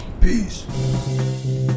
peace